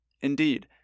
Indeed